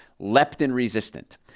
leptin-resistant